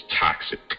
toxic